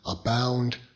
abound